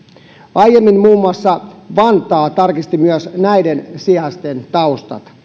aiemmin muun muassa vantaa tarkisti myös näiden sijaisten taustat